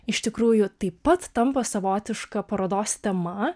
iš tikrųjų taip pat tampa savotiška parodos tema